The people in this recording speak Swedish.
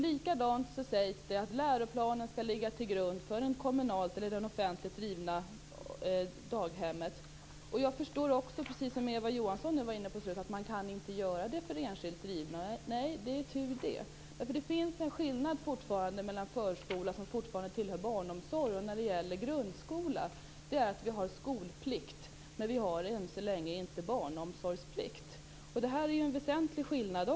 Likadant sägs det att läroplanen skall ligga till grund för det kommunalt eller offentligt drivna daghemmet. Precis som Eva Johansson var inne på förstår jag också att man inte kan göra detta för enskilt drivna verksamheter. Nej, det är tur det. Det finns fortfarande en skillnad mellan förskolan, som tillhör barnomsorgen, och grundskolan. Det är att vi har skolplikt. Vi har än så länge inte barnomsorgsplikt. Det är ju en väsentlig skillnad.